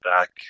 back